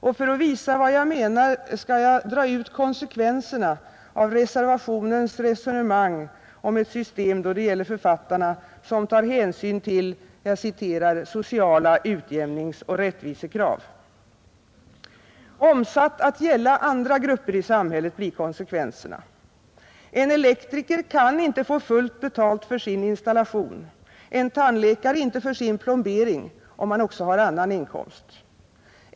och för att visa vad jag menar skall jag dra ut konsekvenserna av reservationens resonemang om ett system då det gäller författarna som tar hänsyn till ”sociala utjämningsoch rättvisesynpunkter”. Omsatt att gälla andra grupper i samhället blir konsekvenserna: En elektriker kan inte få fullt betalt för sin installation, en tandläkare inte för sin plombering, om han också har annan inkomst.